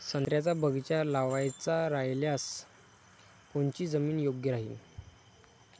संत्र्याचा बगीचा लावायचा रायल्यास कोनची जमीन योग्य राहीन?